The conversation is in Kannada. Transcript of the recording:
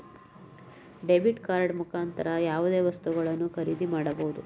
ಡೆಬಿಟ್ ಕಾರ್ಡ್ ಮುಖಾಂತರ ಯಾವುದೇ ವಸ್ತುಗಳನ್ನು ಖರೀದಿ ಮಾಡಬಹುದು